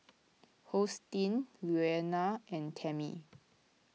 Hosteen Leona and Tammie